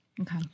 Okay